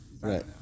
right